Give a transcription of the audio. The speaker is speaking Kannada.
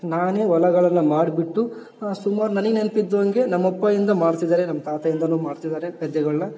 ನಾನೆ ಹೊಲಗಳನ್ನ ಮಾಡಿಬಿಟ್ಟು ಸುಮಾರು ನನಗೆ ನೆನ್ಪು ಇದ್ದಂಗೆ ನಮ್ಮ ಅಪ್ಪಯಿಂದ ಮಾಡಿಸಿದಾರೆ ನನ್ನ ತಾತಯಿಂದ ಮಾಡ್ತಿದಾರೆ ಗದ್ದೆಗಳನ್ನ